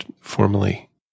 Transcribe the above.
formally